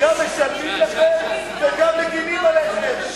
גם משלמים לכם וגם מגינים עליכם.